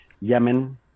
Yemen